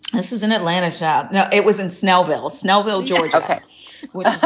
this is an atlanta child now. it was in snellville, snellville, georgia, which